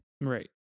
Right